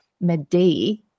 midday